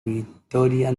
vitoria